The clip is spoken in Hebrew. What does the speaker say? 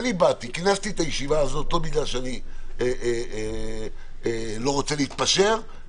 כינסתי את הישיבה הזאת לא בגלל שאני לא רוצה להתפשר.